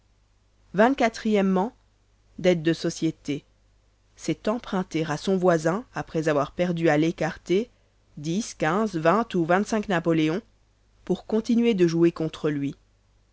o dette de société c'est emprunter à son voisin après avoir perdu à l'écarté ou napoléons pour continuer de jouer contre lui